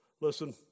Listen